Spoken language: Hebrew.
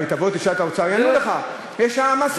הרי תבוא ותשאל את האוצר, הוא יענה לך: יש העמסות.